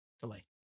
delay